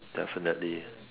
definitely